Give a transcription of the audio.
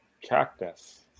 Cactus